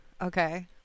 Okay